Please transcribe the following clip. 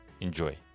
Enjoy